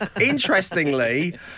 Interestingly